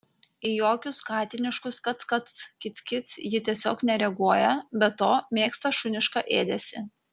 į jokius katiniškus kac kac kic kic ji tiesiog nereaguoja be to mėgsta šunišką ėdesį